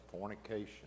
fornication